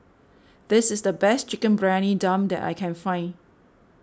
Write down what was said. this is the best Chicken Briyani Dum that I can find